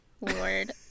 Lord